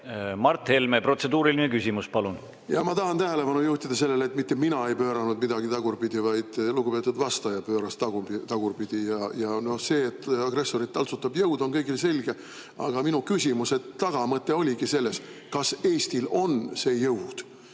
Mart Helme, protseduuriline küsimus, palun! Ma tahan tähelepanu juhtida sellele, et mitte mina ei pööranud midagi tagurpidi, vaid lugupeetud vastaja pööras tagurpidi. Ja see, et agressorit taltsutab jõud, on kõigile selge. Aga minu küsimuse tagamõte oligi selles: kas Eestil on see jõud?